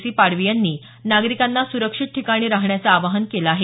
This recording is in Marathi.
सी पाडवी यांनी नागरिकांना सुरक्षित ठिकाणी राहण्याच आवाहन केलं आहे